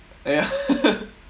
!aiya!